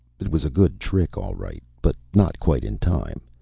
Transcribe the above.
it was a good trick, all right, but not quite in time.